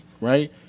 right